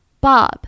Bob